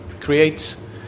creates